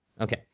Okay